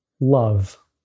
Love